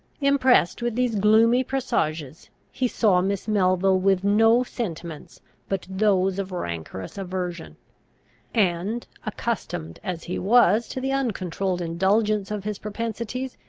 impressed with these gloomy presages, he saw miss melville with no sentiments but those of rancorous aversion and, accustomed as he was to the uncontrolled indulgence of his propensities,